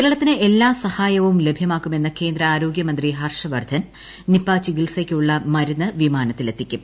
കേരളത്തിന് എല്ലാ സൃഹായവും ലഭ്യമാക്കുമെന്ന് കേന്ദ്ര ന് ആരോഗൃമന്ത്രി ഹർഷിപ്പർദ്ധൻ നിപാ ചികിൽസയ്ക്കുള്ള മരുന്ന് വിമാനത്തിലെത്തിക്കും